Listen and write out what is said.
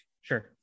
Sure